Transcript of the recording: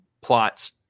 plots